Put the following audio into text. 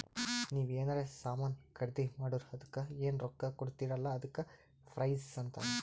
ನೀವ್ ಎನ್ರೆ ಸಾಮಾನ್ ಖರ್ದಿ ಮಾಡುರ್ ಅದುಕ್ಕ ಎನ್ ರೊಕ್ಕಾ ಕೊಡ್ತೀರಿ ಅಲ್ಲಾ ಅದಕ್ಕ ಪ್ರೈಸ್ ಅಂತಾರ್